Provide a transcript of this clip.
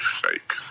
fake